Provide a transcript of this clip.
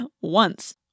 Once